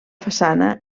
façana